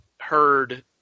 heard